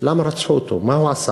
למה רצחו אותו, מה הוא עשה?